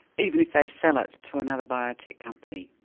even if they sell it to another biotech company?